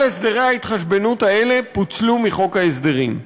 כל הסדרי ההתחשבנות האלה פוצלו מחוק ההסדרים.